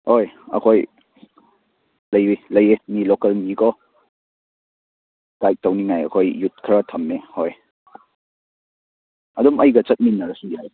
ꯍꯣꯏ ꯑꯩꯈꯣꯏ ꯂꯩꯔꯤ ꯂꯩꯌꯦ ꯃꯤ ꯂꯣꯀꯦꯜꯒꯤꯀꯣ ꯒꯥꯏꯠ ꯇꯧꯅꯤꯉꯥꯏ ꯑꯩꯈꯣꯏ ꯌꯨꯠ ꯈꯔ ꯊꯝꯃꯦ ꯍꯣꯏ ꯑꯗꯨꯝ ꯑꯩꯒ ꯆꯠꯃꯤꯟꯅꯔꯁꯨ ꯌꯥꯏ